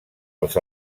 als